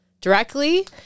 directly